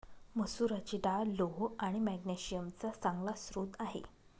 मसुराची डाळ लोह आणि मॅग्नेशिअम चा चांगला स्रोत आहे